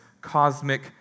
cosmic